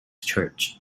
church